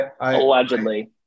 Allegedly